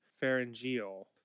pharyngeal